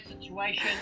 situation